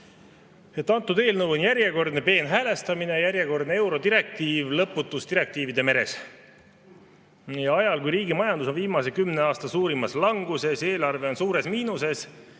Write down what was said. See eelnõu on järjekordne peenhäälestamine, järjekordne eurodirektiiv lõputus direktiivide meres. Ajal, kui riigi majandus on viimase kümne aasta suurimas languses, eelarve on suures miinuses,